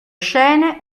scene